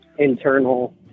internal